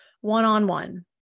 one-on-one